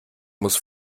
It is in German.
muss